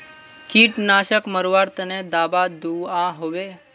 कीटनाशक मरवार तने दाबा दुआहोबे?